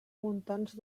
muntants